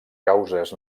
causes